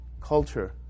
culture